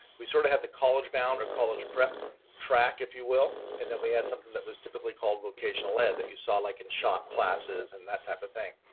we sort of have the college-bound or college prep track if you will. and then we have something that was typically called vocational ed that you saw like in short classes and that type of thing.